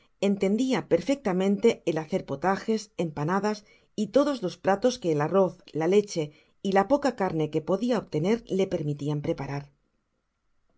entendia perfectamente el hacer potajes empanadas y todos los platos que el arroz la leehe y la poca carne que podia obtener le permitian preparar